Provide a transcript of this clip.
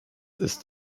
ist